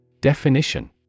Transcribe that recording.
Definition